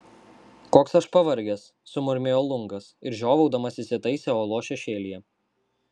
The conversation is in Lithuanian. koks aš pavargęs sumurmėjo lungas ir žiovaudamas įsitaisė uolos šešėlyje